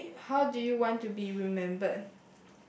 okay how do you want to be remembered